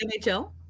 NHL